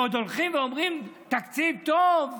ועוד הולכים ואומרים: תקציב טוב.